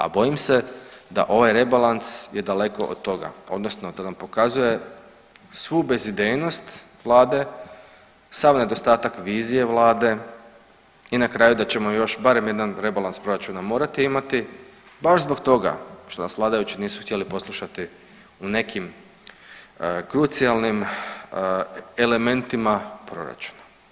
A bojim se da ovaj rebalans je daleko od toga odnosno da nam pokazuje svu bezidejnost vlade, sav nedostatak vizije vlade i na kraju da ćemo barem još jedan rebalans proračuna morati imati baš zbog toga što nas vladajući nisu htjeli poslušati u nekim krucijalnim elementima proračuna.